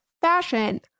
fashion